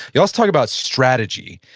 you also talk about strategy.